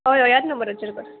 हय हय ह्याच नंबराचेर कर